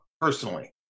personally